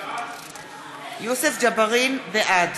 בעד